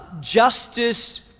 justice